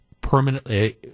permanently